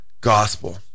gospel